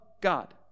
God